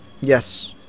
yes